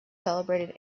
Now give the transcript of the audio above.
celebrated